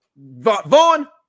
Vaughn